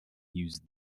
used